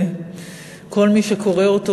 כל מי שקורא אותו,